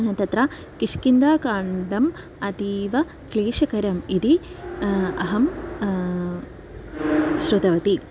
तत्र किष्किन्धाकाण्डम् अतीव क्लेशकरम् इति अहं श्रुतवती